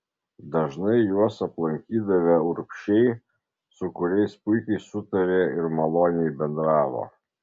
dažnai juos aplankydavę urbšiai su kuriais puikiai sutarė ir maloniai bendravo